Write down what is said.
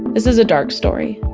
is is a dark story.